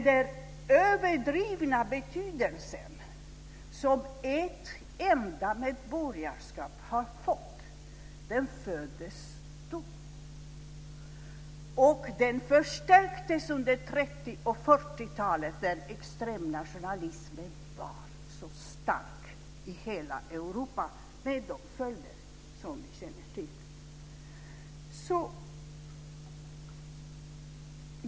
Den överdrivna betydelse som ett enda medborgarskap har fått föddes då, och den förstärktes under 30 och 40-talen när extremnationalismen var så stark i hela Europa, med de följder vi känner till.